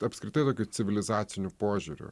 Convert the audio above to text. apskritai tokiu civilizaciniu požiūriu